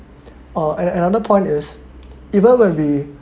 uh and another point is even when we